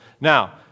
Now